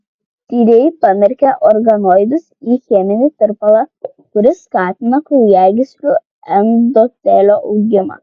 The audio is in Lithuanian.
tyrėjai pamerkė organoidus į cheminį tirpalą kuris skatina kraujagyslių endotelio augimą